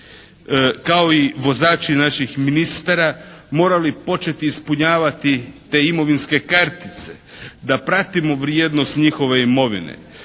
kao i vozači naših ministara morali početi ispunjavati te imovinske kartice, da pratimo vrijednost njihove imovine.